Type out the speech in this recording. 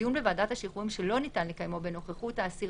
דיון בוועדת השחרורים שלא ניתן לקיימו בנוכחות האסיר